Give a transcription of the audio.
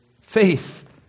Faith